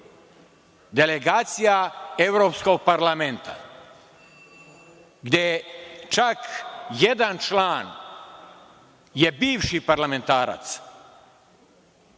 delegacija Evropskog parlamenta, gde čak jedan član je bivši parlamentarac…(Vladimir